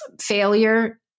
failure